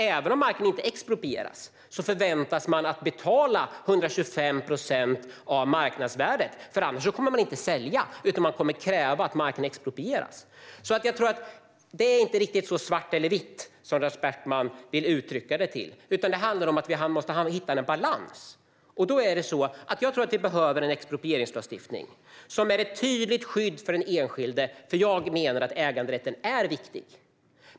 Även om marken inte exproprieras förväntas kommunerna betala 125 procent av marknadsvärdet. Annars kommer ägarna inte att sälja, utan man kommer att kräva att marken exproprieras. Jag tror att det inte är riktigt så svart eller vitt som Lars Beckman vill uttrycka det som. Det handlar om att man måste hitta en balans. Därför tror jag att vi behöver en exproprieringslagstiftning som ger ett tydligt skydd för den enskilde. Jag menar att äganderätten är viktig.